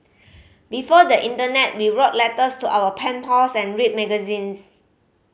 before the internet we wrote letters to our pen pals and read magazines